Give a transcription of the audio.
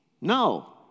No